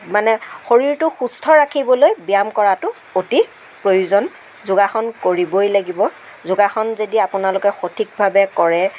মানে শৰীৰটো সুস্থ ৰাখিবলৈ ব্য়ায়াম কৰাটো অতি প্ৰয়োজন যোগাসন কৰিবই লাগিব যোগাসন যদি আপোনালোকে সঠিকভাৱে কৰে